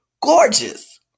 gorgeous